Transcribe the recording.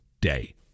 day